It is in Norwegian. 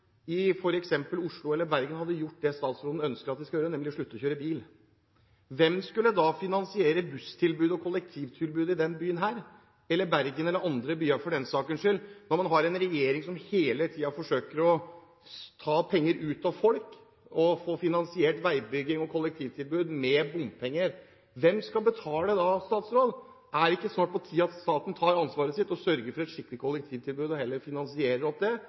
i f.eks. Oslo eller Bergen hadde gjort det statsråden ønsker at de skal gjøre, nemlig slutte å kjøre bil, hvem skulle da finansiere buss- og kollektivtilbudet i denne byen, eller i Bergen eller i andre byer for den sakens skyld, når man har en regjering som hele tiden forsøker å få penger ut av folk og få finansiert veibygging og kollektivtilbud med bompenger? Hvem skal betale da, statsråd? Er det ikke snart på tide at staten tar ansvar, sørger for et skikkelig kollektivtilbud og heller finansierer opp det,